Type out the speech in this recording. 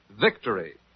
Victory